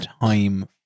time